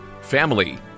family